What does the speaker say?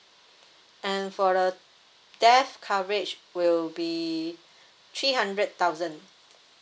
and for the death coverage will be three hundred thousand